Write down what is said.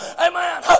amen